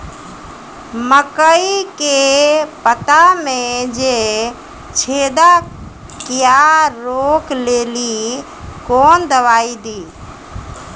मकई के पता मे जे छेदा क्या रोक ले ली कौन दवाई दी?